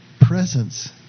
presence